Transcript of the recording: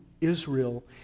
Israel